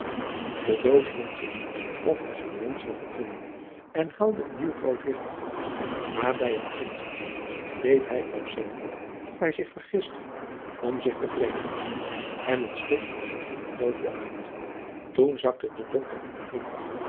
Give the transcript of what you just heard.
de dood hield zich of hij zijn wensch zou vervullen en haalde een nieuw groot licht maar bij het inzetten deed hij opzettelijk of hij zich vergiste om zich te wreken en het stukje viel en doofde uit toen zakte de dokter in één